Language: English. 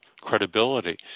credibility